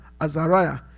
Azariah